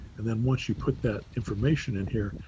and then once you put that information in here,